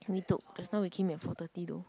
me too just now we came at four thirty though